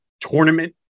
tournament